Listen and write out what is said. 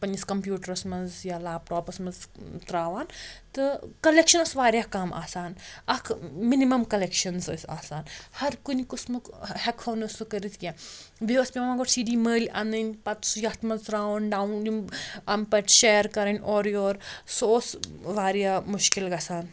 پَننِس کَمپیٛوٗٹرَس منٛز یا لیپ ٹاپَس منٛز ترٛاوان تہٕ کۄلیٚکشَن ٲس واریاہ کَم آسان اَکھ مِنِمَم کۄلیٚکشَنٕز ٲسۍ آسان ہَر کُنہِ قٕسمُک ہیٚکہٕ ہاو نہٕ سُہ کٔرِتھ کیٚنٛہہ بیٚیہِ اوس پیٚوان گۄڈٕ سی ڈی مٔلۍ اَنٕنۍ پَتہٕ سُہ یَتھ منٛز ترٛاوُن ڈاوُن یِم اَمہِ پَتہٕ شیر کَرٕنۍ اورٕ یور سُہ اوس واریاہ مُشکِل گَژھان